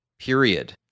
period